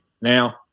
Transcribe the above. Now